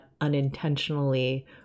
unintentionally